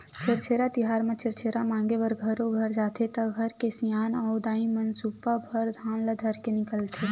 छेरछेरा तिहार म छेरछेरा मांगे बर घरो घर जाथे त घर के सियान अऊ दाईमन सुपा भर धान ल धरके निकलथे